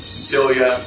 Cecilia